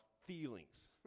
feelings